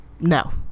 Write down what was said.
No